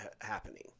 happening